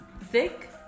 thick